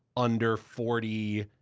under forty,